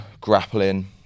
grappling